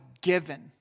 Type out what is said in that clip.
given